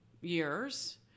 years